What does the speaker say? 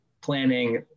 planning